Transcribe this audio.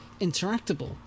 interactable